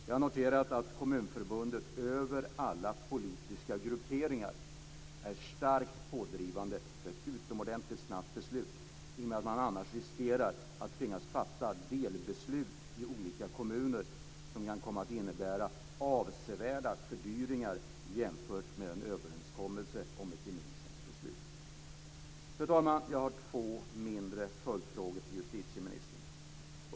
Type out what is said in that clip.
Jag har noterat att Kommunförbundet genom alla politiska grupperingar är starkt pådrivande för ett utomordentligt snabbt beslut i och med att man annars riskerar att tvingas att fatta delbeslut i olika kommuner som kan komma att innebära avsevärda fördyringar jämfört med en överenskommelse om ett gemensamt beslut. Fru talman! Jag har två mindre följdfrågor till justitieministern.